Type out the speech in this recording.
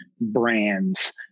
brands